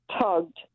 tugged